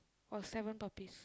or seven puppies